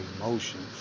emotions